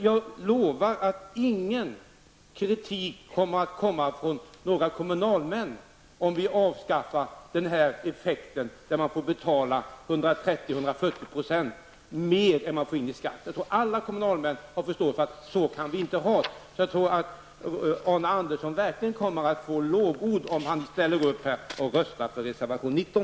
Jag lovar att det inte kommer att komma kritik från några kommunalmän om vi avskaffar bestämmelser som leder till effekten att man får betala 130--140 % mer än vad man får i i skatt. Jag tror att alla kommunalmän har förståelse för att vi inte kan ha det på så sätt. Jag tror att Arne Andersson verkligen kommer att få lovord om han ställer upp och röstar för reservation nr 19.